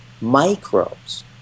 microbes